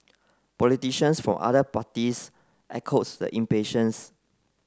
politicians from other parties echoed the impatience